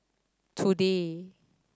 today